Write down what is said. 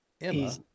Emma